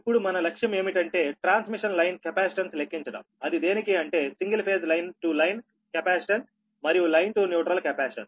ఇప్పుడు మన లక్ష్యం ఏమిటంటే ట్రాన్స్మిషన్ లైన్ కెపాసిటెన్స్ లెక్కించడం అది దేనికి అంటే single phase line to line capacitance మరియు లైన్ టు న్యూట్రల్ కెపాసిటెన్స్